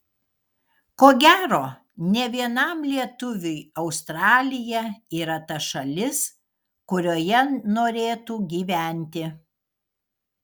ko gero ne vienam lietuviui australija yra ta šalis kurioje norėtų gyventi